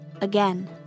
again